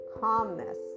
calmness